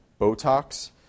Botox